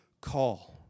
call